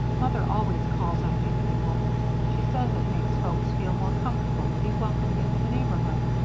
mother always calls on new people she says it makes folks feel more comfortable to be welcomed into the neighborhood.